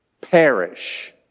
perish